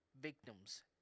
victims